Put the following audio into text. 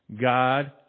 God